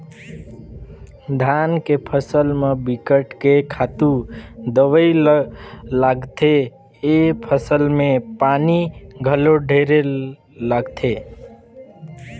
धान के फसल म बिकट के खातू दवई लागथे, ए फसल में पानी घलो ढेरे लागथे